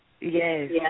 Yes